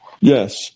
Yes